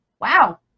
wow